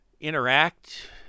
interact